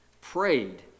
prayed